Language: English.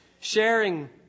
sharing